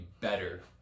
better